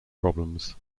problems